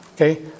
okay